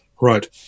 Right